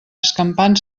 escampant